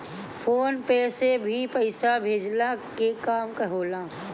phone पे से भी पईसा भेजला के काम होला